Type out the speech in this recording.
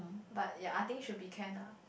but ya I think should be can ah